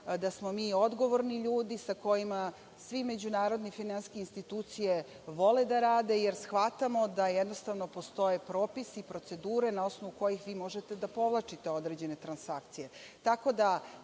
da smo mi odgovorni ljudi sa kojima sve međunarodne institucije vole da rade, jer shvatamo da postoje propisi i procedure na osnovu kojih možete da povlačite određene transakcije.